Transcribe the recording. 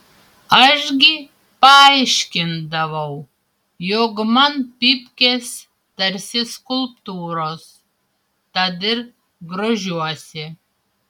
aš gi paaiškindavau jog man pypkės tarsi skulptūros tad ir grožiuosi